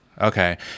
okay